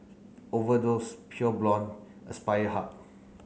Overdose Pure Blonde Aspire Hub